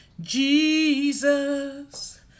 Jesus